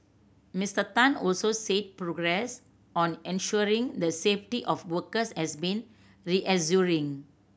Mister Tan also said progress on ensuring the safety of workers has been reassuring